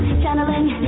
channeling